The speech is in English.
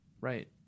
Right